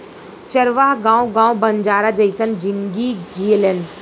चरवाह गावं गावं बंजारा जइसन जिनगी जिऐलेन